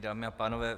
Dámy a pánové.